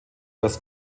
das